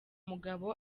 mugabo